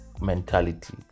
mentality